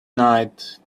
night